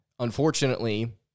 Unfortunately